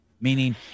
meaning